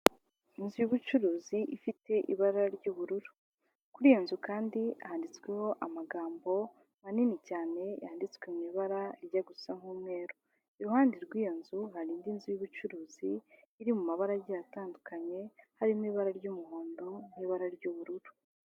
Inzu y'ubucuruzi ifite ibara ry'ubururu kuri iyo nzu kandi handitsweho amagambo manini cyane yanditswe mu ibara rijya gusa nk'umweru, iruhande rw'iyo nzu hari indi nzu y'ubucuruzi iri mu mabara agiye atandukanye harimo ibara ry'umuhondo n'ibara ry'ubururu.